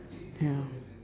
ya